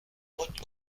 bottes